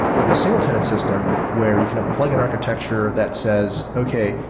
but in a single tenant system where you can have a plug-in architecture that says, okay.